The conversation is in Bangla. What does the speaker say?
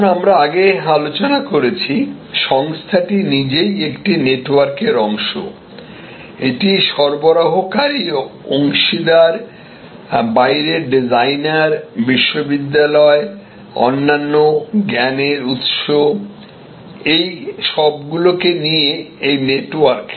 যেমন আমরা আগে আলোচনা করেছি সংস্থাটি নিজেই একটি নেটওয়ার্কের অংশ এটি সরবরাহকারী অংশীদার বাইরের ডিজাইনার বিশ্ববিদ্যালয় অন্যান্য জ্ঞানের উত্স এই সবগুলোকে নিয়েএই নেটওয়ার্ক